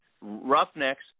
Roughnecks